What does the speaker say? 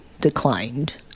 declined